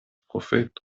profeto